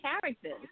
characters